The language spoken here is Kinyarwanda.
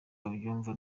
babyumva